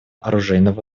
оружейного